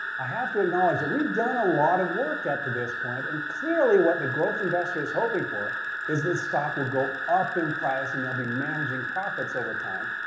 i have to acknowledge that we've done a lot of work up to this point. and clearly what the growth investor is hoping for is this stock will go up in price, and they'll be managing profits over time.